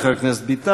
תודה לחבר הכנסת ביטן.